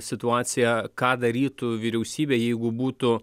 situaciją ką darytų vyriausybė jeigu būtų